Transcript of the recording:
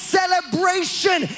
celebration